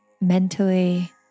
mentally